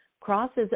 crosses